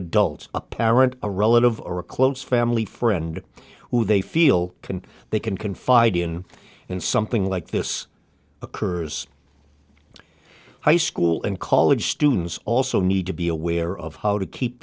adult a parent a relative or a close family friend who they feel can they can confide in and something like this occurs high school and college students also need to be aware of how to keep